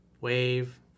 wave